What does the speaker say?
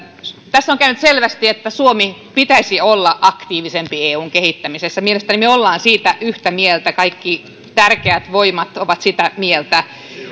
tässä on käynyt selväksi että suomen pitäisi olla aktiivisempi eun kehittämisessä mielestäni me olemme siitä yhtä mieltä kaikki tärkeät voimat ovat sitä mieltä